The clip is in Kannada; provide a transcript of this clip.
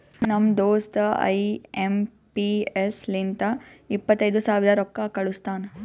ನಮ್ ದೋಸ್ತ ಐ ಎಂ ಪಿ ಎಸ್ ಲಿಂತ ಇಪ್ಪತೈದು ಸಾವಿರ ರೊಕ್ಕಾ ಕಳುಸ್ತಾನ್